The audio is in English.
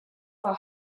for